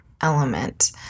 element